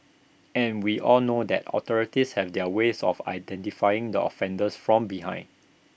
and we all know that authorities have their ways of identifying the offenders from behind